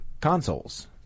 consoles